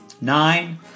Nine